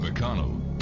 McConnell